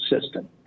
system